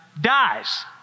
dies